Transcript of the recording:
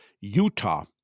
Utah